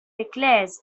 declares